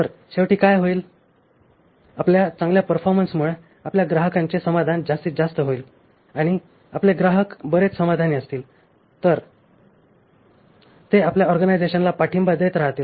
तर शेवटी काय होईल आपल्या चांगल्या परफॉर्मन्समुळे आपल्या ग्राहकांचे समाधान जास्तीत जास्त होईल आणि आपले ग्राहक बरेच समाधानी असतील तर ते आपल्या ऑर्गनायझेशनला पाठिंबा देत राहतील